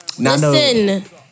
Listen